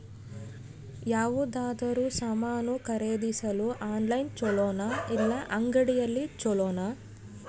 ಯಾವುದಾದರೂ ಸಾಮಾನು ಖರೇದಿಸಲು ಆನ್ಲೈನ್ ಛೊಲೊನಾ ಇಲ್ಲ ಅಂಗಡಿಯಲ್ಲಿ ಛೊಲೊನಾ?